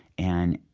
and,